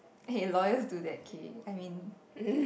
eh loyal to that key I mean